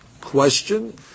question